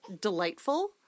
delightful